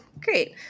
great